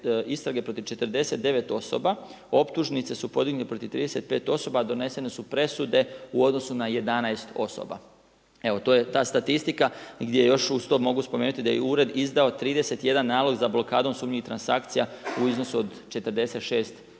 istrage protiv 49 osoba, optuženice su podignute protiv 35 osoba, a donesene su presude u odnosu na 11 osoba. Evo to je ta statistika gdje je još uz to mogu spomenuti da je ured izdao 31 nalog za blokadom sumnjivih transakcija u iznosu od 46